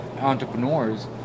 entrepreneurs